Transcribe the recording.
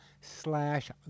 slash